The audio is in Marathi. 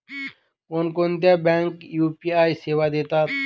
कोणकोणत्या बँका यू.पी.आय सेवा देतात?